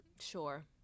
Sure